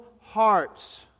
hearts